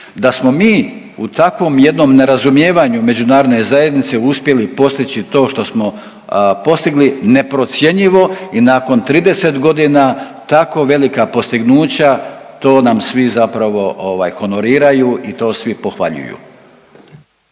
da smo mi u takvom jednom nerazumijevanju međunarodne zajednice uspjeli postići to što smo postigli neprocjenjivo i nakon 30 godina tako velika postignuća, to nam svi zapravo ovaj honoriraju i to svi pohvaljuju.